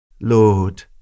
Lord